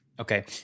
Okay